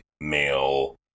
male